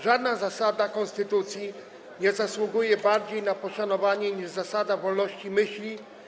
Żadna zasada konstytucji nie zasługuje bardziej na poszanowanie niż zasada wolności myśli.